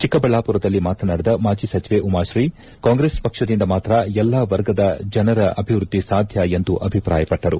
ಚಿಕ್ಕಬಳ್ಳಾಪುರದಲ್ಲಿ ಮಾತನಾಡಿದ ಮಾಜಿ ಸಚಿವೆ ಉಮಾತ್ರಿ ಕಾಂಗ್ರೆಸ್ ಪಕ್ಷದಿಂದ ಮಾತ್ರ ಎಲ್ಲಾ ವರ್ಗದ ಜನರ ಅಭಿವೃದ್ದಿ ಸಾಧ್ಯ ಎಂದು ಅಭಿಪ್ರಾಯವಟ್ಟರು